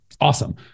awesome